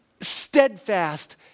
steadfast